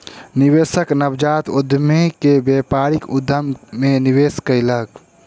निवेशक नवजात उद्यमी के व्यापारिक उद्यम मे निवेश कयलक